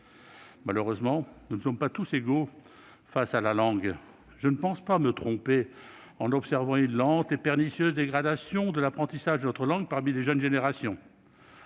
Malheureusement, nous ne sommes pas tous égaux face à la langue. Je ne pense pas me tromper en observant une lente et pernicieuse dégradation de l'apprentissage de notre langue parmi les jeunes générations.